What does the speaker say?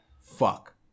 fuck